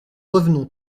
revenons